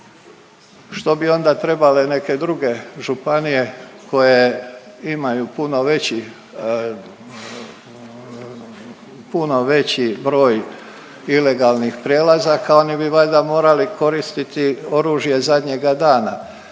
Što bi onda trebale neke druge županije koje imaju puno veći broj ilegalnih prelazaka. Oni bi valjda morali koristiti oružje zadnjega dana